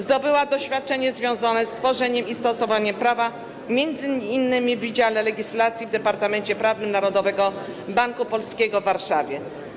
Zdobyła doświadczenie związane z tworzeniem i stosowaniem prawa, m.in. w Wydziale Legislacji w Departamencie Prawnym Narodowego Banku Polskiego w Warszawie.